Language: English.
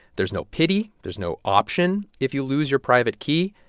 there's no pity. there's no option. if you lose your private key,